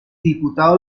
diputado